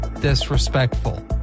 disrespectful